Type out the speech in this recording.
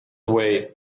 way